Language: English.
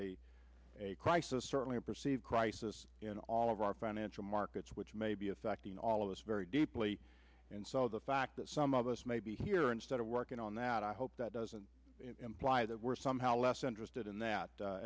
a crisis certainly a perceived crisis in all of our financial markets which may be affecting all of us very deeply and so the fact that some of us may be here instead of working on that i hope that doesn't imply that we're somehow less interested in that